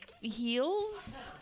heels